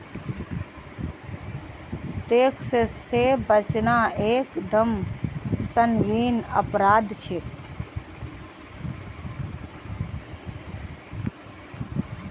tax से बचना एक दम संगीन अपराध छे